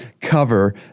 cover